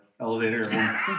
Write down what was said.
elevator